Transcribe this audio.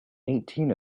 eighteen